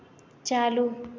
चालू